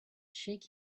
shake